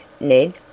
Ned